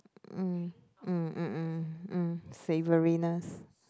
mm mm mm mm mm savoriness